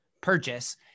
purchase